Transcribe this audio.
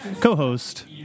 co-host